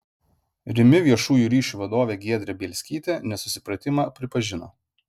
rimi viešųjų ryšių vadovė giedrė bielskytė nesusipratimą pripažino